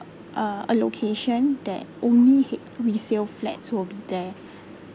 uh a location that only H resale flats will be there